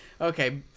okay